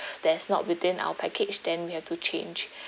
there's not within our package then we have to change